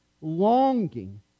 longing